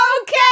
okay